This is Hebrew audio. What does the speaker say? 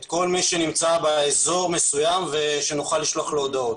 כל מי שנמצא באזור מסוים שנוכל לשלוח לו הודעות.